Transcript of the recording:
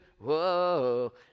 whoa